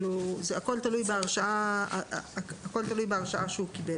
אבל הכול תלוי בהרשאה שהוא קיבל.